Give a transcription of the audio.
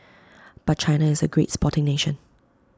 but China is A great sporting nation